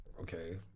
okay